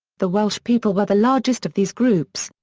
the welsh people were the largest of these groups,